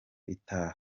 itaha